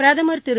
பிரதமர் திரு